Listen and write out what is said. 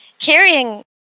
carrying